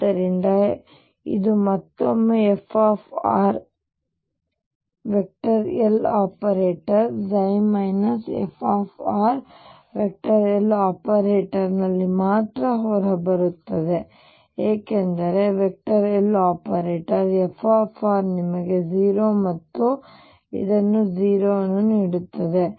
ಆದ್ದರಿಂದ ಇದು ಮತ್ತೊಮ್ಮೆ f Loperator fLoperatorನಲ್ಲಿ ಮಾತ್ರ ಬರುತ್ತದೆ ಏಕೆಂದರೆ Loperator f ನಿಮಗೆ 0 ಮತ್ತು ಇದು 0 ಅನ್ನು ನೀಡುತ್ತದೆ